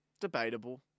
Debatable